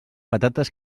patates